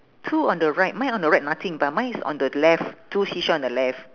two on the right mine on the right nothing but mine is on the left two seashell on the left